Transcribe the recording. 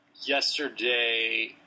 yesterday